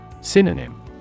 Synonym